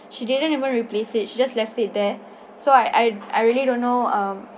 she didn't even replace she just left it there so I I I really don't know err